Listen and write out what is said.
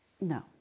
No